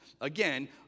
Again